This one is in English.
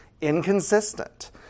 inconsistent